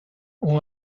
اون